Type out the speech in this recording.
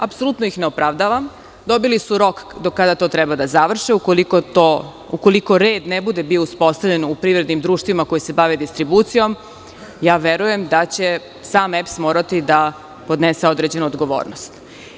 Apsolutno ih ne opravdavam, dobili su rok do kada to treba da završe, ukoliko red ne bude uspostavljen u privrednim društvima koji se bave distribucijom, verujem da će sam EPS morati da podnese određenu odgovornost.